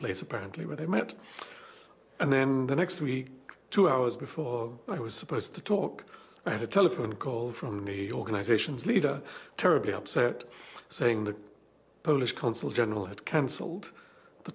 place apparently where they met and then the next week two hours before i was supposed to talk i had a telephone call from the organizations leader terribly upset saying the polish consul general had cancelled the